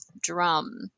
drum